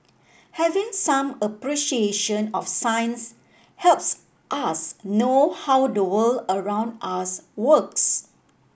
having some appreciation of science helps us know how the world around us works